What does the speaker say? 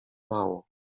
mało